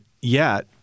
yet-